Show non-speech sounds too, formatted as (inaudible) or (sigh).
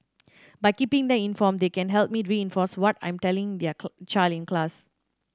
by keeping them informed they can help me reinforce what I'm telling their (unintelligible) child in class